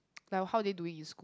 like how are they doing in school